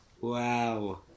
wow